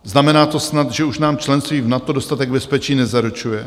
Znamená to snad, že už nám členství v NATO dostatek bezpečí nezaručuje?